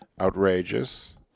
outrageous